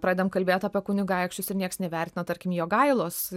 pradedam kalbėt apie kunigaikščius ir nieks neįvertino tarkim jogailos